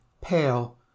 Pale